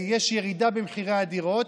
יש ירידה במחירי הדירות,